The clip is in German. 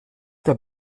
der